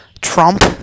Trump